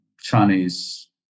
Chinese